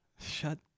Shut